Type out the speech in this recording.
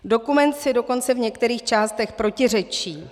Dokument si dokonce v některých částech protiřečí.